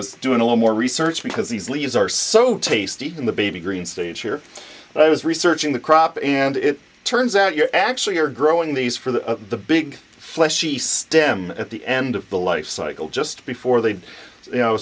was doing a lot more research because these leaves are so tasty in the baby green stage here when i was researching the crop and it turns out you're actually you're growing these for the the big fleshy stem at the end of the life cycle just before they you know